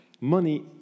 Money